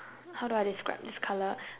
how do I describe this color